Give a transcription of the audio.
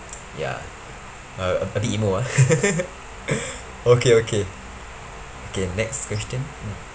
ya uh a bit emo ah okay okay okay next question mm